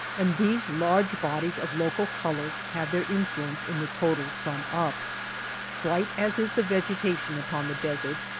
and these large bodies of local color have their influence in the total sum-up. slight as is the vegetation upon the desert,